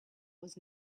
was